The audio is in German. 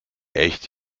echt